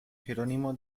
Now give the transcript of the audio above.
jerónimo